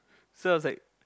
so I was like